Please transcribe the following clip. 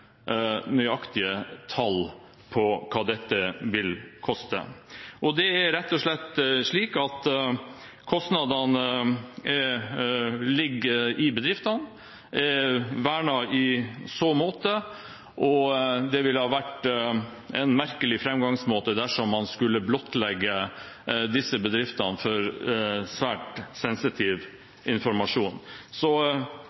nøyaktige tall på hva dette vil koste. Det er rett og slett slik at kostnadene ligger i bedriftene – og er vernet i så måte – og det ville ha vært en merkelig framgangsmåte dersom man skulle blottlegge disse bedriftene for svært